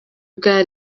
bwa